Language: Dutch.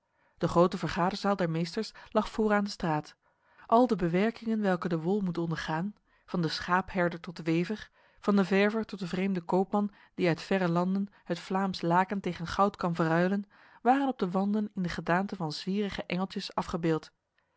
de grote vergaderzaal der meesters lag vooraan de straat al de bewerkingen welke de wol moet ondergaan van de schaapherder tot de wever van de verver tot de vreemde koopman die uit verre landen het vlaams laken tegen goud kwam verruilen waren op de wanden in de gedaanten van zwierige engeltjes afgebeeld